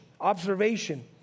observation